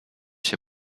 się